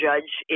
Judge